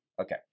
okay